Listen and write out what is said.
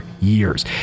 years